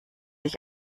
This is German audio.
ich